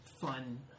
fun